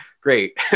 great